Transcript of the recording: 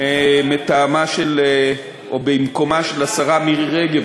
(מכון וינגייט) מטעמה או במקומה של השרה מירי רגב,